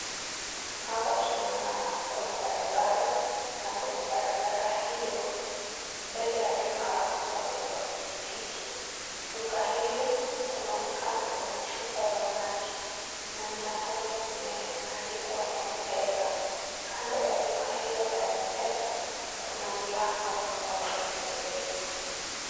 Hapa tunaona kuna barabara na kwenye barabara hiyo mbele ya duka pameekwa pikipiki. Duka hiyo kunaonekana kuna chupa za maji na mlangoni kumeandikwa MPESA na kando la duka hilo la MPESA kuna mlango ambao kumefunguliwa.